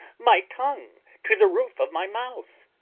my tongue to the roof of my mouth,